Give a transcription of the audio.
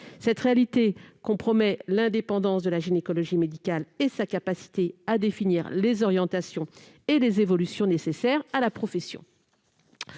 Cette réalité compromet l'indépendance de la gynécologie médicale et sa capacité à définir les orientations et les évolutions nécessaires de la profession.